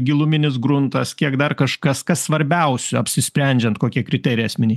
giluminis gruntas kiek dar kažkas kas svarbiausia apsisprendžiant kokie kriterijai esminiai